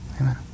amen